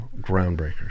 groundbreakers